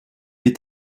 est